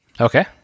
Okay